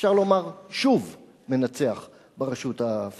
אפשר לומר, שוב מנצח בבחירות ברשות הפלסטינית.